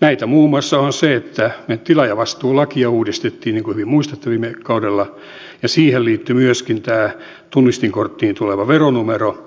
näitä on muun muassa se että me tilaajavastuulakia uudistimme niin kuin hyvin muistatte viime kaudella ja siihen liittyi myöskin tämä tunnistinkorttiin tuleva veronumero